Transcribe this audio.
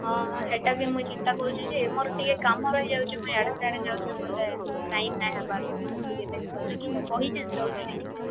ହଁ ହଁ ହେଟା ବି ମୁଇଁ ଚିନ୍ତା କରୁଛେଁ ଯେ ମୋର୍ ଟିକେ କାମ ରହିଯାଉଛେ ମୁଇଁ ଇଆଡ଼େ ସିଆଡ଼େ ଯାଉଛେଁ ବୋଲି ବେଲେ ଟାଇମ୍ ନାଇଁ ହେବାର୍ ଟିକେ ଦେଖ୍ବାର୍ ଲାଗି ମୁଇଁ କହିଛେଁ ଜଲ୍ଦି ଦେଖ୍ବାର୍ ଲାଗି ସେମାନ୍କେ